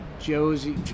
Josie